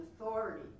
authority